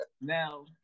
Now